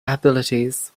abilities